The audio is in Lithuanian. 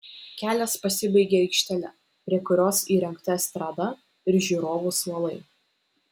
kelias pasibaigia aikštele prie kurios įrengta estrada ir žiūrovų suolai